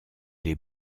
les